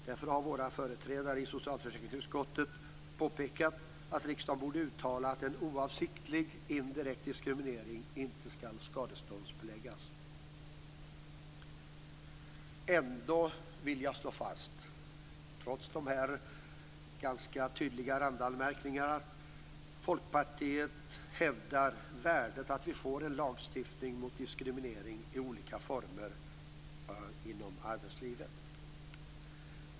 Därför har våra företrädare i socialförsäkringsutskottet påpekat att riksdagen borde uttala att en oavsiktlig indirekt diskriminering inte skall skadeståndsbeläggas. Ändå vill jag - trots dessa ganska tydliga randanmärkningar - slå fast att Folkpartiet hävdar värdet av att vi får en lagstiftning mot diskriminering i olika former inom arbetslivet.